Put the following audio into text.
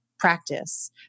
practice